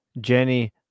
Jenny